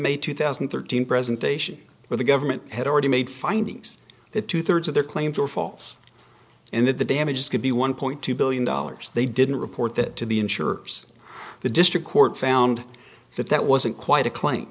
may two thousand and thirteen presentation where the government had already made findings that two thirds of their claims were false and that the damages could be one point two billion dollars they didn't report that to the insurers the district court found that that wasn't quite a claim